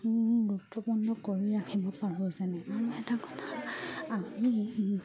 গুৰুত্বপূৰ্ণ কৰি ৰাখিব পাৰোঁ যেনে আৰু এটা কথা আমি